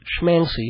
Schmancy